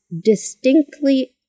distinctly